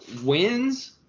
wins